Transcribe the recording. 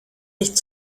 nicht